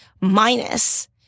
minus